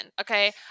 Okay